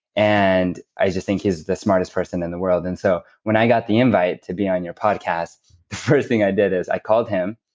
and i just think he's the smartest person in the world. and so when i got the invite to be on your podcast the first thing i did is i called him,